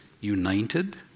united